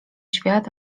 świat